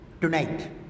tonight